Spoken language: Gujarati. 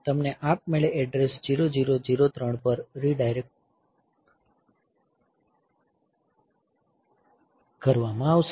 તમને આપમેળે એડ્રેસ 0003 પર રીડાયરેક્ટ કરવામાં આવશે